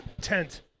tent